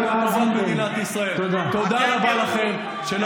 במדינת ישראל קרה דבר גדול: החברים שיושבים